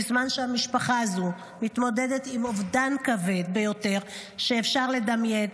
בזמן שהמשפחה הזו מתמודדת עם האובדן הכבד ביותר שאפשר לדמיין,